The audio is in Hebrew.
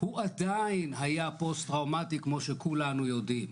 הוא עדיין היה פוסט טראומטי כמו שכולנו יודעים.